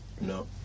No